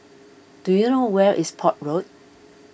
do you know where is Port Road